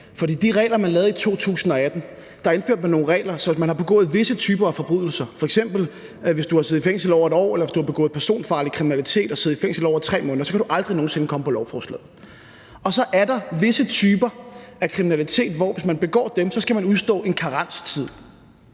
her. For i 2018 indførte man nogle regler, så hvis man har begået visse typer af forbrydelser, f.eks. hvis man har siddet i fængsel i over 1 år, eller hvis man har begået personfarlig kriminalitet og siddet i fængsel i over 3 måneder, kan man aldrig nogen sinde komme på lovforslaget. Så er der visse typer af kriminalitet, hvor man, hvis man begår dem, skal udstå en karenstid,